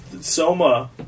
Soma